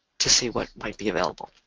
to see what might be available.